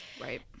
Right